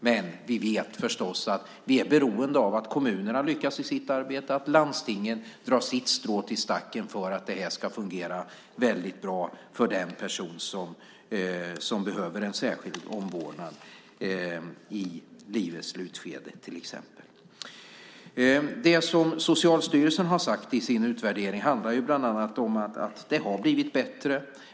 Men vi vet förstås att vi är beroende av att kommunerna lyckas i sitt arbete och att landstingen drar sitt strå till stacken för att detta ska fungera väldigt bra för den person som behöver en särskild omvårdnad i livets slutskede till exempel. Det som Socialstyrelsen har sagt i sin utvärdering handlar bland annat om att det har blivit bättre.